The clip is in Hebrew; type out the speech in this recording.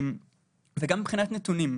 גם מבחינת נתונים.